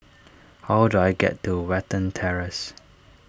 how do I get to Watten Terrace